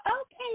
okay